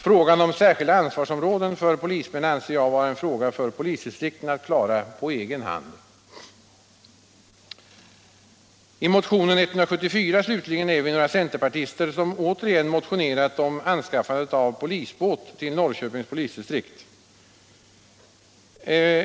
Frågan om särskilda ansvarsområden för polismän anser jag vara en fråga för polisdistrikten att klara på egen hand. I motionen 174 slutligen är vi några centerpartister, som återigen motionerat om anskaffande av polisbåt till Norrköpings polisdistrikt.